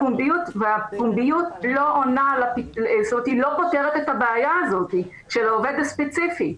הפומביות לא פותרת את הבעיה הזאת של העובד הספציפי.